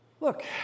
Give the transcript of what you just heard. Look